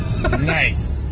Nice